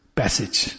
passage